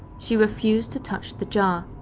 she refused to touch the jar.